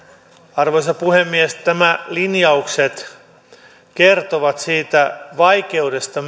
arvoisa puhemies nämä linjaukset kertovat myös siitä vaikeudesta